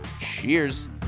Cheers